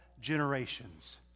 generations